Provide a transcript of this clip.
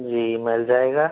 जी मिल जाएगा